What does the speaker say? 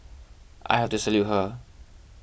I have to salute her